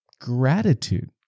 gratitude